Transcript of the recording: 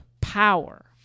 power